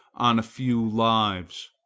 on a few lives.